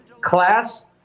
Class